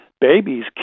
babies